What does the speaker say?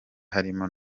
harimo